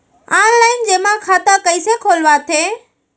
Online जेमा खाता कइसे खोलवाथे?